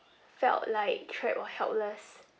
felt like trapped or helpless